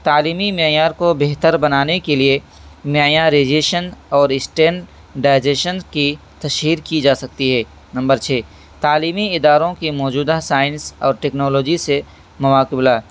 تعلیمی معیار کو بہتر بنانے کے لیے معیار جشن اور اسٹین ڈائجیشن کی تشہیر کی جا سکتی ہے نمبر چھ تعلیمی اداروں کی موجودہ سائنس اور ٹیکنالوجی سے مواقولہ